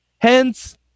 Hence